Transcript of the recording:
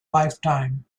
lifetime